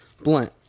Blunt